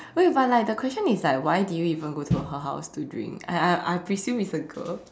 wait but like the question is like why did you even go to her house to drink I I I presume it's a girl